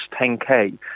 10K